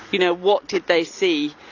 you know, what did they see?